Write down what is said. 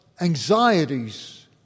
anxieties